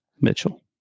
Mitchell